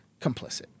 complicit